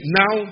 now